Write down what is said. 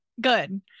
Good